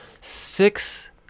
six